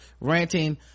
ranting